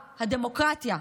הדמוקרטיה,